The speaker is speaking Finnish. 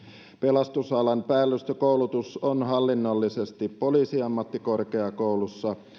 pelastusalan päällystökoulutus on hallinnollisesti poliisiammattikorkeakoulussa